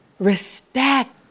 Respect